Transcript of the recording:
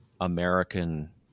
American